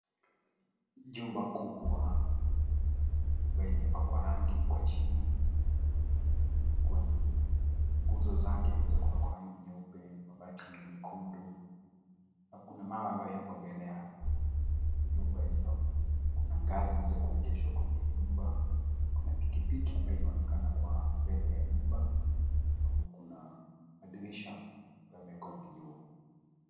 Jumba kubwa ambayo haijapakwa rangi kwa chini. Kwenye nguzo zake zimeweza kupakwa rangi nyeupe mabati ya mekundu. Halafu kuna mawe ambayo yapo mbele ya nyumba hilo. Kuna ngazi ambayo imeweza kuegeshwa kwenye nyumba. Kuna pikipiki ambayo inaonekana kwa mbele ya nyumba. Kuna madirisha yamewekwa vioo.